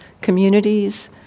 communities